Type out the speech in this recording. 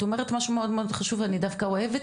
את אומרת משהו מאוד מאוד חשוב ואני דווקא אוהבת